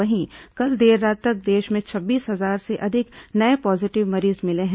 वहीं कल देर रात तक देश में छब्बीस हजार से अधिक नये पॉजीटिव मरीज मिले हैं